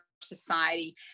society